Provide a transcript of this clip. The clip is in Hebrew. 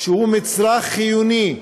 שהם מצרך חיוני,